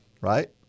right